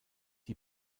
die